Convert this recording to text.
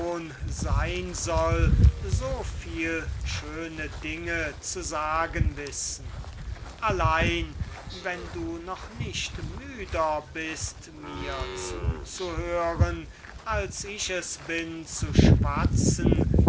sein soll so viel schöne dinge zu sagen wissen allein wenn du noch nicht müde bist mir zuzuhören als ich es bin zu schwatzen